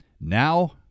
Now –